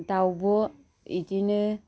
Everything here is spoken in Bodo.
दाउब' बिदिनो